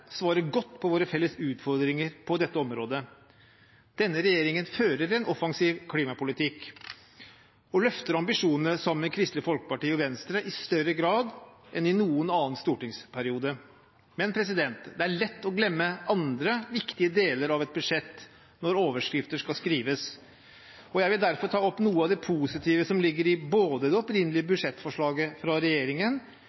svarer godt på våre felles utfordringer på dette området. Denne regjeringen fører en offensiv klimapolitikk og løfter ambisjonene sammen med Kristelig Folkeparti og Venstre i større grad enn i noen annen stortingsperiode. Men det er lett å glemme andre viktige deler av et budsjett når overskrifter skal skrives. Jeg vil derfor ta opp noe av det positive som ligger i både det opprinnelige